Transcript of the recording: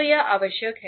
तो यह आवश्यक है